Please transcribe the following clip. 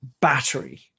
battery